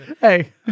Hey